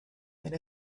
and